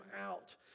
out